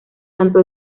tanto